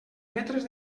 metres